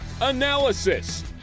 analysis